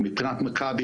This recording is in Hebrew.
מבחינת מכבי,